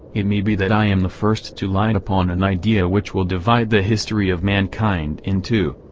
it may be that i am the first to light upon an idea which will divide the history of mankind in two.